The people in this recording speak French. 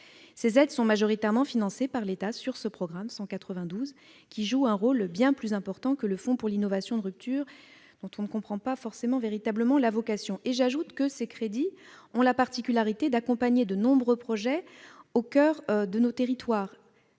Ces aides sont majoritairement financées par l'État sur le programme 192, qui joue un rôle bien plus important que le Fonds pour l'innovation et l'industrie, dont personne ne comprend véritablement la vocation. J'ajoute que ces crédits ont la particularité d'accompagner de nombreux projets au coeur de nos territoires,